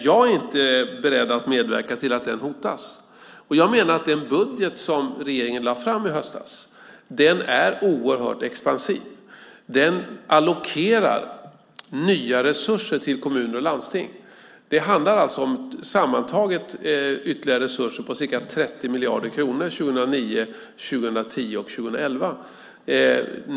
Jag är inte beredd att medverka till att den hotas, och jag menar att den budget som regeringen lade fram i höstas är oerhört expansiv. Den allokerar nya resurser till kommuner och landsting. Det handlar alltså om sammantaget ytterligare resurser på ca 30 miljarder kronor 2009, 2010 och 2011.